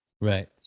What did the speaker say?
Right